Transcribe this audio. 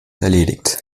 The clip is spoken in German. erledigt